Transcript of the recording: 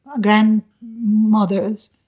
grandmothers